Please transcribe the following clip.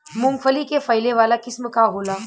मूँगफली के फैले वाला किस्म का होला?